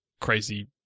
crazy